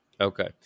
Okay